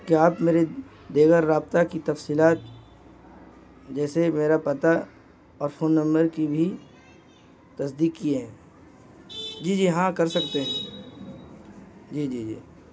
کیا آپ میرے دیگر رابطہ کی تفصیلات جیسے میرا پتہ اور فون نمبر کی بھی تصدیق کیے ہیں جی جی ہاں کر سکتے ہیں جی جی جی